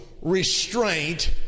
restraint